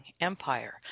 empire